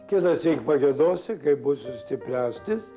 kitąsyk pagiedosiu kai būsiu stipresnis